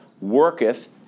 worketh